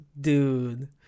dude